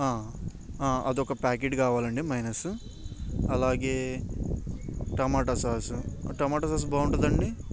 అదొక ప్యాకెట్ కావాలండి మయోనీస్ అలాగే టమాటా సాస్ టమాటా సాస్ బాగుంటుందండి